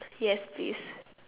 yes please